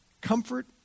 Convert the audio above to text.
comfort